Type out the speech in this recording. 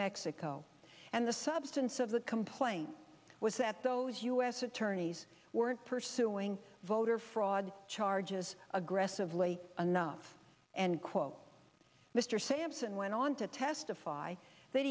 mexico and the substance of the complaint was that those u s attorneys were pursuing voter fraud charges aggressively enough and quote mr sampson went on to testify